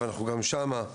גם שם,